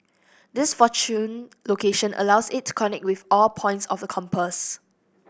this fortunate location allows it to connect with all points of the compass